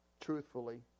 truthfully